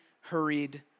hurried